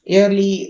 early